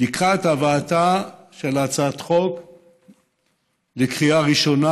לקראת הבאתה של הצעת החוק לקריאה ראשונה,